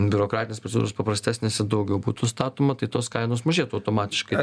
biurokratinės procedūros paprastesnės ir daugiau būtų statoma tai tos kainos mažėtų automatiškai